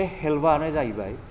बे हेल्फानो जाहैबाय